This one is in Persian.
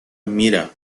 میرم